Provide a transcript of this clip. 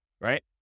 right